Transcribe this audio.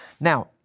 Now